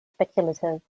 speculative